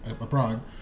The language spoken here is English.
abroad